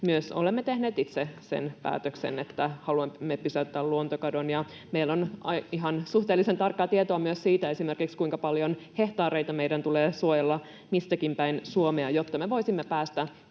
olemme tehneet itse sen päätöksen, että haluamme pysäyttää luontokadon, ja meillä on ihan suhteellisen tarkkaa tietoa myös esimerkiksi siitä, kuinka paljon hehtaareita meidän tulee suojella missäkin päin Suomea, jotta me voisimme päästä